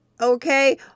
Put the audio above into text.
okay